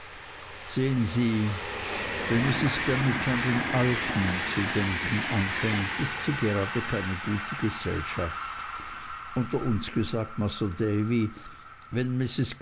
sehen sie wenn mrs gummidge an den alten zu denken anfängt ist sie gerade keine gute gesellschaft unter uns gesagt masr davy wenn mrs